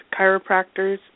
chiropractors